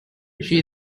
she